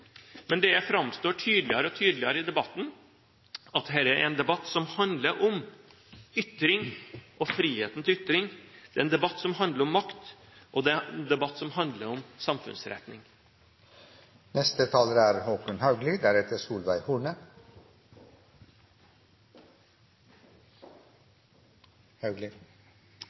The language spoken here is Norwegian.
Men det framstår tydeligere og tydeligere i debatten at dette er en debatt som handler om ytring og friheten til ytring. Det er en debatt som handler om makt, og det er en debatt som handler om